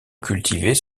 cultivées